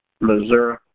Missouri